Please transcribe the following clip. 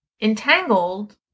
entangled